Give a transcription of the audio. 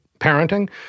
parenting